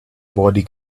body